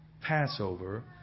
Passover